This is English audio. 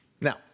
Now